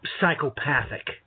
Psychopathic